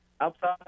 outside